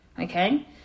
Okay